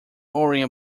worrying